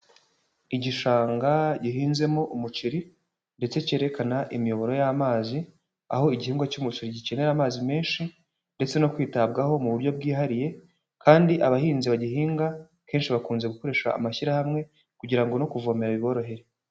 Igishanga gihinzemo umuceri ndetse kerekana imiyoboro y'amazi, aho igihingwa cy'umuceri gikenera amazi menshi, ndetse no kwitabwaho mu buryo bwihariye, kandi abahinzi bagihinga kenshi bakunze gukoresha amashyirahamwe kugira ngo no kuvomera biborohere.